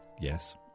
Yes